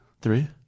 Three